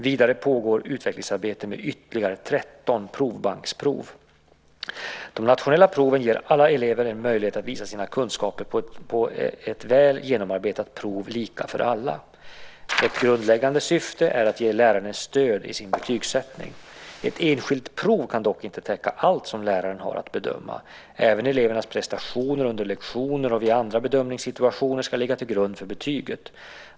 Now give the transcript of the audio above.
Vidare pågår utvecklingsarbete med ytterligare 13 provbanksprov. De nationella proven ger alla elever en möjlighet att visa sina kunskaper på ett väl genomarbetat prov, lika för alla. Ett grundläggande syfte är att ge läraren stöd i sin betygssättning. Ett enskilt prov kan dock inte täcka allt som läraren har att bedöma. Även elevernas prestationer under lektioner och vid andra bedömningssituationer ska ligga till grund för betyget.